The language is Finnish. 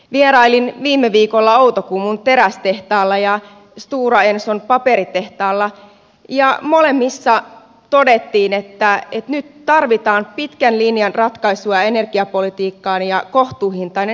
vierailin viime viikolla outokummun terästehtaalla ja stora enson paperitehtaalla ja molemmissa todettiin että nyt tarvitaan pitkän linjan ratkaisua energiapolitiikkaan ja kohtuuhintainen sähkö on osa sitä